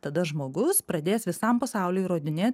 tada žmogus pradės visam pasauliui įrodinėti